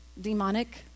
Demonic